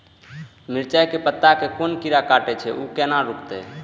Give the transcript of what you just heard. मिरचाय के पत्ता के कोन कीरा कटे छे ऊ केना रुकते?